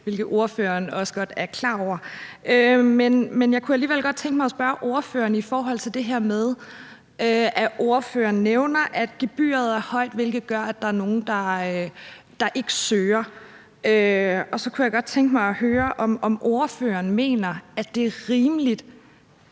hvilket ordføreren også godt er klar over. Men jeg kunne alligevel godt tænke mig at spørge om det her med, at ordføreren nævner, at gebyret er højt, hvilket gør, at der er nogle, der ikke søger. Jeg kunne godt tænke mig høre, om ordføreren mener, at det er rimeligt,